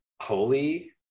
holy